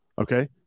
okay